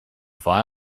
fire